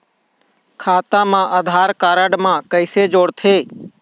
खाता मा आधार कारड मा कैसे जोड़थे?